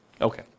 Okay